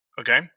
okay